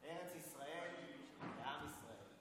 ארץ ישראל ועם ישראל,